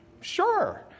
sure